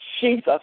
Jesus